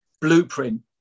blueprint